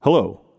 Hello